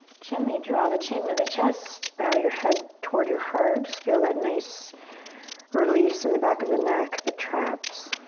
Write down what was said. gently draw the chin to the chest, bow your head toward your heart. just feel that nice release in the back of the neck, the traps.